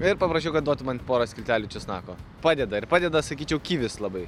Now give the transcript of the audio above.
ir paprašiau kad duotų man porą skiltelių česnako padeda ir padeda sakyčiau kivis labai